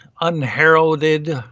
unheralded